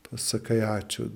pasakai ačiū